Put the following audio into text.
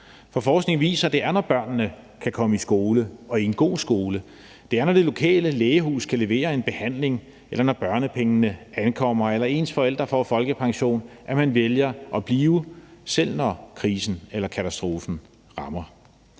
forskningen viser, at det er, når børnene kan komme i skole – og i en god skole – det er, når det lokale lægehus kan levere en behandling, eller når børnepengene ankommer, eller ens forældre får folkepension, at man vælger at blive, selv når krisen eller katastrofen rammer.